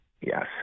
Yes